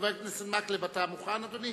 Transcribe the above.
חבר הכנסת אורי מקלב, אתה מוכן, אדוני?